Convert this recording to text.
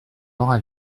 l’aura